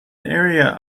area